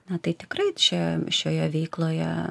na tai tikrai čia šioje veikloje